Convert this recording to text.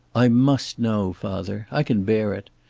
i must know, father. i can bear it.